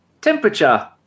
temperature